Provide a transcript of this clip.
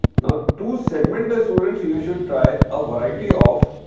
now, to segment the students you should try a variety of